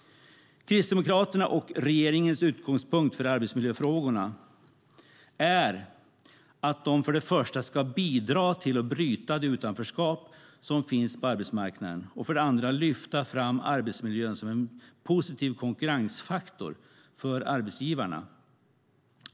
Kristdemokraternas och regeringens utgångspunkt för arbetsmiljöfrågorna är att de för det första ska bidra till att bryta det utanförskap som finns på arbetsmarknaden och för det andra lyfta fram arbetsmiljön som en positiv konkurrensfaktor för arbetsgivarna.